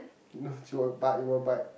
no say but it will bite